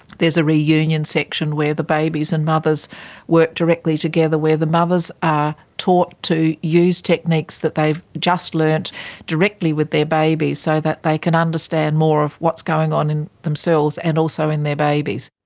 there's a reunion section where the babies and mothers work directly together, where the mothers are taught to use techniques that they've just learnt directly with their babies so that they can understand more of what's going on in themselves and also in their babies.